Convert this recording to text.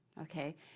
okay